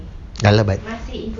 dah lebih baik